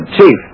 Chief